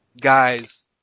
guys